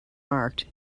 marked